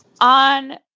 on